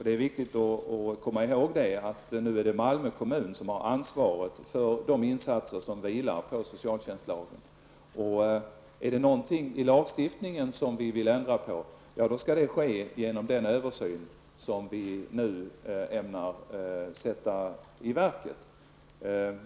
Det är viktigt att komma ihåg att det nu är Malmö kommun som har ansvaret för de insatser som vilar på socialtjänstlagen. Är det någonting i lagstiftningen vi vill ändra på, så skall det ske genom den översyn som vi nu ämnar sätta i verket.